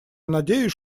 надеюсь